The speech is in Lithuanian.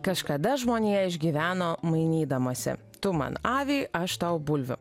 kažkada žmonija išgyveno mainydamasi tu man avį aš tau bulvių